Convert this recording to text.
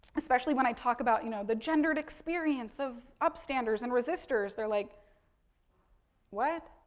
especially when i talk about you know the gender experience of up standers and resistors. they're like what?